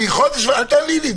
אל תעני לי,